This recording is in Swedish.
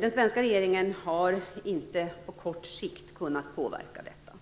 Den svenska regeringen har inte på kort sikt kunnat påverka detta.